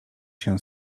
się